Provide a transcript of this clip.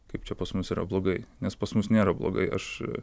kaip čia pas mus yra blogai nes pas mus nėra blogai aš